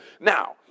Now